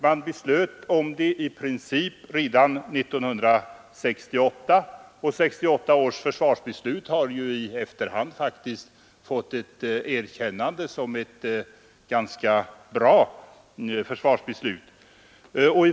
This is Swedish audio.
Man beslöt om det i princip redan 1968, och 1968 års försvarsbeslut har ju i efterhand faktiskt fått erkännande som ett ganska bra beslut.